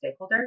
stakeholders